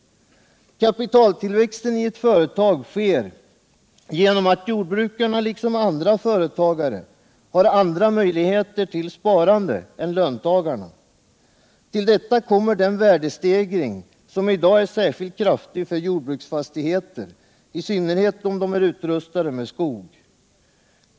Kapitaltillväxten sker genom att jordbrukarna liksom andra företagare har helt andra möjligheter till sparande än löntagarna. Till detta kommer den värdestegring som i dag är särskilt kraftig för jordbruksfastigheter, i synnerhet om de är utrustade med skog.